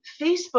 Facebook